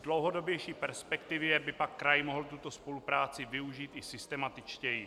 V dlouhodobější perspektivě by pak kraj mohl tuto spolupráci využít i systematičtěji.